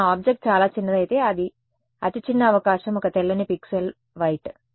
ఇప్పుడు నా ఆబ్జెక్ట్ చాలా చిన్నదైతే అతి చిన్న అవకాశం ఒక తెల్లని పిక్సెల్ వైట్